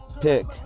pick